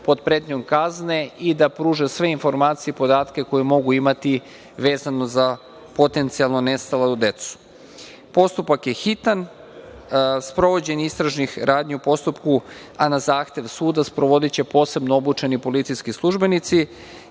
pod pretnjom kazne i da pruže sve informacije i podatke koje mogu imati vezano za potencijalno nestalu decu. Postupak je hitan. Sprovođenje istražnih radnji u postupku, a na zahtev suda, sprovodiće posebno obučeni policijski službenici